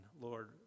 Lord